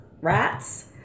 rats